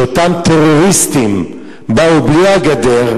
שאותם טרוריסטים באו בלי הגדר,